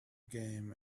game